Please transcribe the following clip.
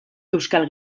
euskal